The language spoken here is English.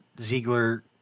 Ziegler